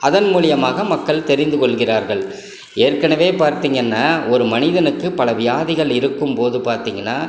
அதன் மூலியமாக மக்கள் தெரிந்து கொள்கிறார்கள் ஏற்கனவே பார்த்தீங்கன்னா ஒரு மனிதனுக்கு பல வியாதிகள் இருக்கும்போது பார்த்தீங்கன்னா